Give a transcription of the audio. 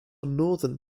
northern